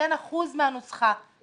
ניתן אחוז מהנוסחה,